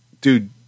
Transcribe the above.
dude